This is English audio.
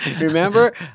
Remember